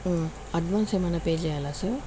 advance ఏమన్నాపే చెయ్యాలా sir